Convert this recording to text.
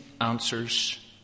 answers